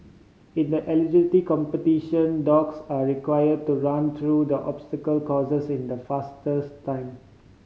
in the agility competition dogs are required to run through the obstacle courses in the fastest time